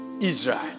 Israel